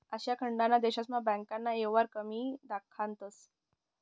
आशिया खंडना देशस्मा बँकना येवहार कमी दखातंस